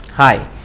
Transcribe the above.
Hi